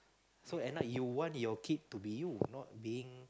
so at night you want your kid to be you not being